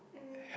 mm